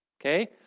okay